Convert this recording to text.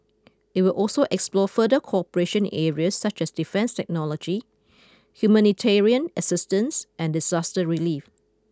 it will also explore further cooperation areas such as defence technology humanitarian assistance and disaster relief